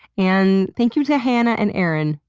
and thank you to hannah and erin,